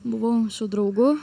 buvom su draugu